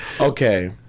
okay